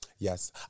Yes